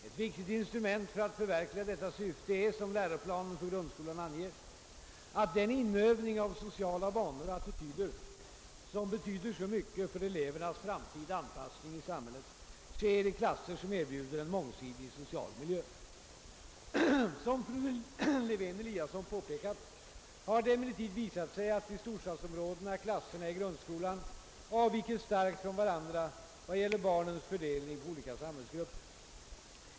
Ett viktigt instrument för att förverkliga detta syfte är — som läroplanen för grundskolan anger — att den inövning av sociala vanor och attityder, som betyder så mycket för elevernas framtida anpassning i samhället, sker i klasser som erbjuder en mångsidig social miljö. Som fru Lewén-Eliasson påpekat har det emellertid visat sig att i storstadsområdena klasserna i grundskolan avviker starkt från varandra vad gäller barnens fördelning på olika samhällsgrupper.